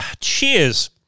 Cheers